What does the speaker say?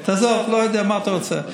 תעזוב, לא יודע מה אתה רוצה.